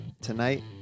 tonight